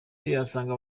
asanga